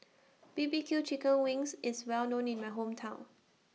B B Q Chicken Wings IS Well known in My Hometown